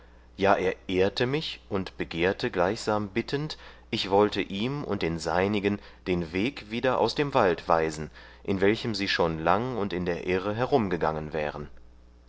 ja er ehrte mich und begehrte gleichsam bittend ich wollte ihm und den seinigen den weg wieder aus dem wald weisen in welchem sie schon lang in der irre herumgangen wären